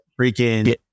freaking